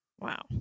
Wow